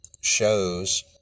shows